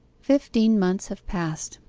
fifteen months have passed,